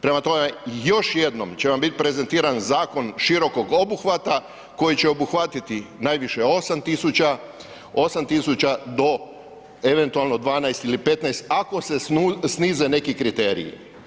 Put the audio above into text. Prema tome, još jednom će vam biti prezentiran zakon širokog obuhvata koji će obuhvatiti najviše 8 tisuća do eventualno 12 ili 15, ako se snize neki kriteriji.